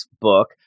book